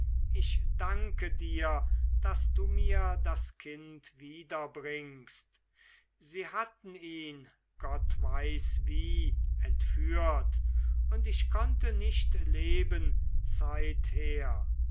ich danke dir daß du mir das kind wiederbringst sie hatten ihn gott weiß wie entführt und ich konnte nicht leben zeither